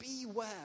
beware